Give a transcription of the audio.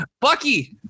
Bucky